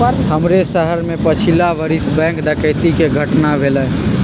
हमरे शहर में पछिला बरिस बैंक डकैती कें घटना भेलइ